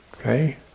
okay